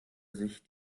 sich